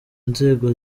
inzego